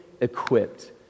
equipped